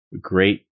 great